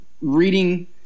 reading